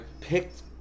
picked